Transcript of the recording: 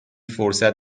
فرصت